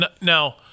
now